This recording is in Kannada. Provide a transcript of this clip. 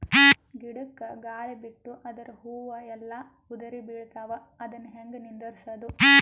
ಗಿಡಕ, ಗಾಳಿ ಬಿಟ್ಟು ಅದರ ಹೂವ ಎಲ್ಲಾ ಉದುರಿಬೀಳತಾವ, ಅದನ್ ಹೆಂಗ ನಿಂದರಸದು?